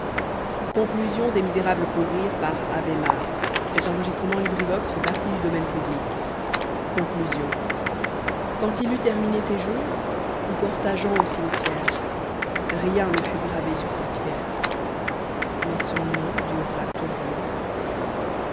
quand il eut terminé ses jours on porta jean au cimetière rien ne fut gravé sur sa pierre mais son nom dura toujours